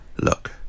Look